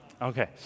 Okay